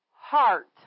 heart